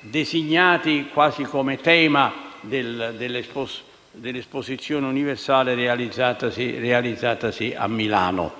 designati quasi come tema dell'Esposizione universale realizzatasi a Milano.